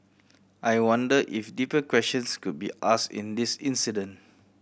I wonder if deeper questions could be asked in this incident